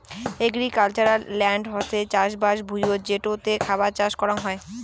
agricultural land হসে চাষবাস ভুঁইয়ত যেটোতে খাবার চাষ করাং হই